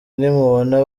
nimubona